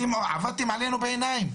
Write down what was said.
אתם עבדתם עלינו בעיניים.